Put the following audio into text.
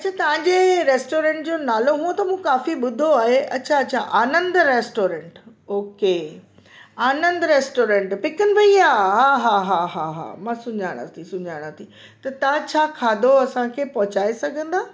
अच्छा तव्हांजे रेस्टोरंट जो नालो हुअ त मूं काफ़ी ॿुधो आहे अच्छा अच्छा Anand restaurant okay Anand restaurant पिकन भईया हा हा हा हा हा मां सुञाणा थी सुञाणा थी त तव्हां छा खाधो असांखे पहुंचाइ सघंदा